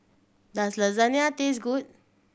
does Lasagna taste good